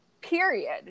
Period